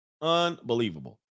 unbelievable